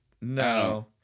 no